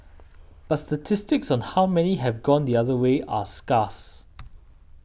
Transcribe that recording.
but statistics on how many have gone the other way are scarce